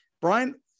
Brian